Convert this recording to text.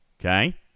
Okay